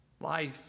life